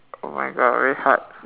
oh my god very hard